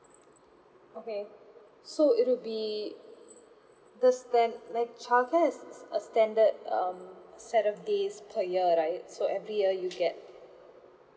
okay so it would be this then that childcare is is a standard um set of days per year right so every year you get